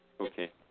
Okay